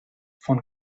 von